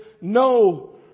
no